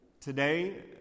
today